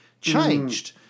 changed